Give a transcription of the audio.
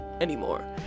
anymore